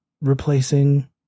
replacing